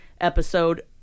episode